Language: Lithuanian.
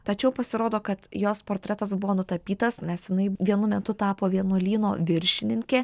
tačiau pasirodo kad jos portretas buvo nutapytas nes jinai vienu metu tapo vienuolyno viršininke